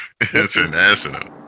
International